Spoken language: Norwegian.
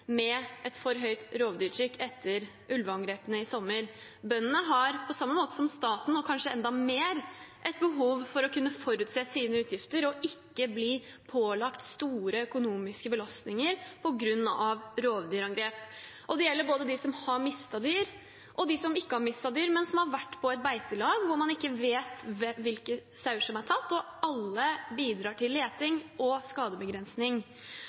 med et for høyt rovdyrtrykk etter ulveangrepene i sommer. Bøndene har på samme måte som staten, og kanskje enda mer, et behov for å kunne forutse sine utgifter og ikke bli pålagt store økonomiske belastninger på grunn av rovdyrangrep. Det gjelder både dem som har mistet dyr, og dem som ikke har mistet dyr, men som har vært på et beitelag hvor man ikke vet hvilke sauer som er tatt, og hvor alle bidrar til leting og skadebegrensning.